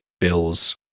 bills